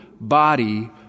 body